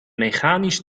mechanisch